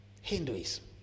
Hinduism